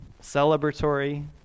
celebratory